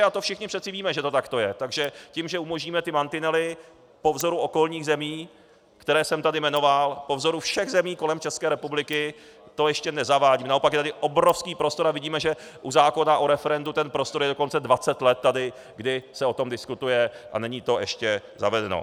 A to všichni přece víme, že to takto je, takže tím, že umožníme ty mantinely po vzoru okolních zemí, které jsem tady jmenoval, po vzoru všech zemí kolem České republiky, to ještě nezavádíme, naopak je tady obrovský prostor, a vidíme, že u zákona o referendu ten prostor je dokonce dvacet let tady, kdy se o tom diskutuje, a není to ještě zavedeno.